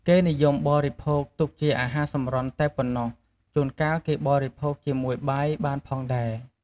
គេនិយមបរិភោគទុកជាអាហារសម្រន់តែប៉ុណ្ណោះ ជួលកាលគេបរិភោគជាមួយបាយបានផងដែរ។